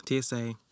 TSA